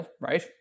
right